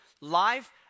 Life